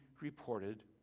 reported